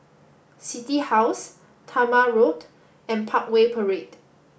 City House Talma Road and Parkway Parade